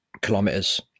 kilometers